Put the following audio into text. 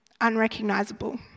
unrecognizable